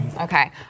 Okay